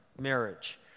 marriage